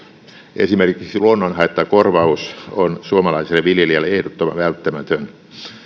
esimerkiksi luonnonhaittakorvaus on suomalaiselle viljelijälle ehdottoman välttämätön